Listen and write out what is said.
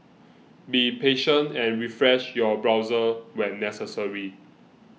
be patient and refresh your browser when necessary